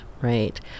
right